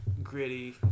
Gritty